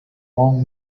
long